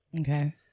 Okay